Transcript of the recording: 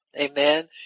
amen